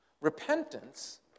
Repentance